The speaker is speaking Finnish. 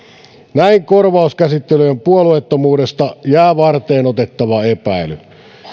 näin korvauskäsittelyjen puolueettomuudesta jää varteenotettava epäily